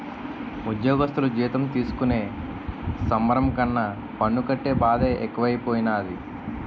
ఉజ్జోగస్థులు జీతం తీసుకునే సంబరం కన్నా పన్ను కట్టే బాదే ఎక్కువైపోనాది